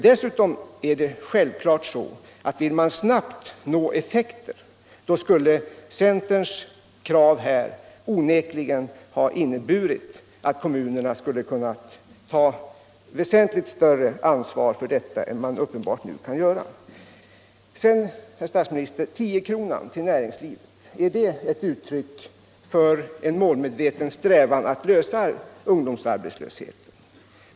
Dessutom är det självklart så att om man snabbt vill nå effekter skulle centerns krav ha inneburit att kommunerna skulle kunnat ta ett väsentligt större ansvar för ungdomens sysselsättning än vad de nu uppenbart kan göra. Sedan vill jag fråga statsministern, om tiokronan till näringslivet är ett uttryck för en målmedveten strävan att lösa ungdomsarbetslösheten.